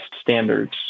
standards